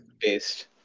based